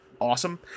awesome